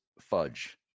fudge